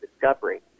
discovery